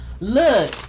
look